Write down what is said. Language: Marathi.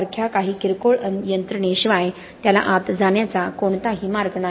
सारख्या काही किरकोळ यंत्रणेशिवाय त्याला आत जाण्याचा कोणताही मार्ग नाही